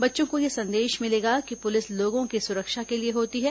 बच्चों को यह संदेश मिलेगा कि पुलिस लोगों की सुरक्षा के लिए होती है